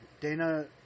Dana